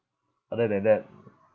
other than that